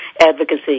advocacy